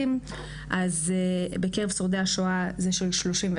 אז בקרב שורדי השואה זה של 31%,